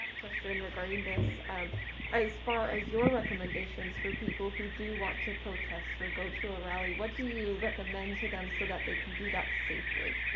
question regarding this. um as far as your recommendations for people who do want to protest or go to a rally, what do you recommend to them so that they can do that safely?